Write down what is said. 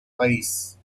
país